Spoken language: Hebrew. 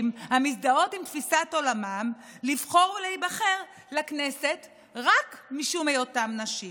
המזדהות עם תפיסת עולמן לבחור ולהיבחר לכנסת רק משום היותן נשים?